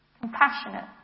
Compassionate